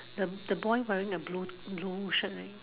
the the boy wearing a blue blue shirt right